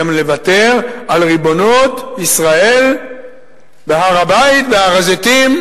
גם לוותר על ריבונות ישראל בהר-הבית, בהר-הזיתים